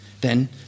Then